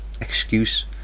excuse